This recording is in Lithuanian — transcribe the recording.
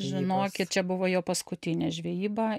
žinokit čia buvo jo paskutinė žvejyba